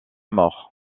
mort